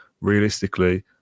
realistically